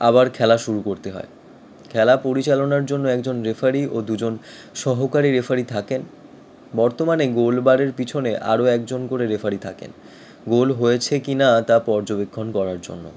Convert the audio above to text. আবার খেলা শুরু করতে হয় খেলা পরিচালনার জন্য একজন রেফারি ও দুজন সহকারী রেফারি থাকেন বর্তমানে গোলবারের পিছনে আরও একজন করে রেফারি থাকেন গোল হয়েছে কি না তা পর্যবেক্ষণ করার জন্য